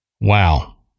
wow